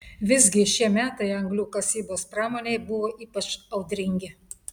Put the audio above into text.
visgi šie metai anglių kasybos pramonei buvo ypač audringi